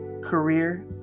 career